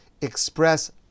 express